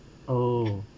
oh